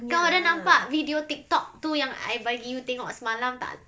kau ada nampak video TikTok tu yang I bagi you tengok semalam tak